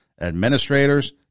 administrators